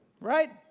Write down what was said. right